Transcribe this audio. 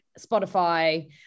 spotify